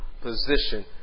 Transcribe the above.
position